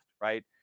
right